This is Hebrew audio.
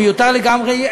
הוא מיותר לגמרי,